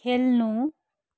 खेल्नु